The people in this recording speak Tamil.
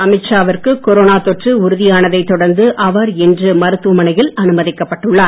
அமித் ஷாவிற்கு கொரோனா தொற்று உறுதியானதை தொடர்ந்து அவர் இன்று மருத்துவமனையில் அனுதிக்கப் பட்டுள்ளார்